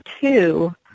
two